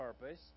purpose